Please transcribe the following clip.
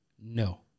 no